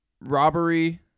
robbery